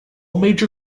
major